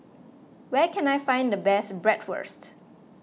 where can I find the best Bratwurst